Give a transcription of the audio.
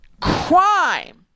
crime